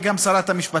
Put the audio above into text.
וגם את שרת המשפטים,